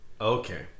okay